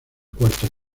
cuarta